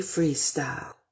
Freestyle